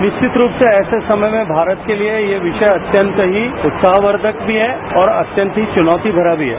निश्चित रूप से ऐसे समय में भारत के लिए यह विषय अत्यंत ही उत्साहवर्द्धक भी है और अत्यंत ही चुनौती भरा भी है